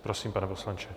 Prosím, pane poslanče.